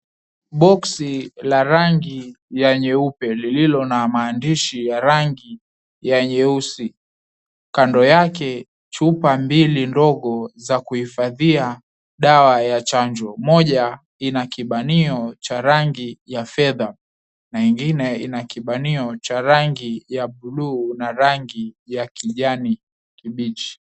Boxi la rangi ya nyeupe lililo na maandishi ya rangi nyeusi kando yake, chupa mbili ndogo za kuhifadhia dawa ya chanjo, moja ina kibanio cha rangi ya fedha na ingine ina kibanio cha rangi ya blu na rangi ya kijani kibichi.